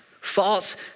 false